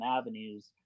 avenues